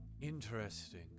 Interesting